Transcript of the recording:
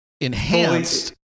enhanced